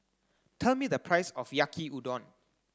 tell me the price of Yaki Udon